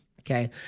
Okay